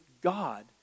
God